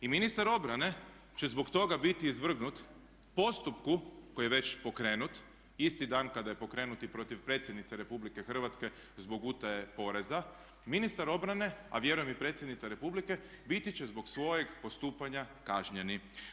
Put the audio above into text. I ministar obrane će zbog toga biti izvrgnut postupku koji je već pokrenut isti dan kada je pokrenut i protiv predsjednice Republike Hrvatske zbog utaje poreza, ministar obrane a vjerujem i predsjednica Republike biti će zbog svojeg postupanja kažnjeni.